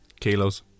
kilos